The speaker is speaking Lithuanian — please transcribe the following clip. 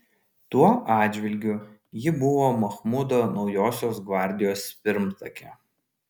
tuo atžvilgiu ji buvo machmudo naujosios gvardijos pirmtakė